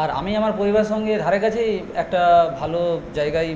আর আমি আমার পরিবারের সঙ্গে ধারে কাছেই একটা ভালো জায়গায়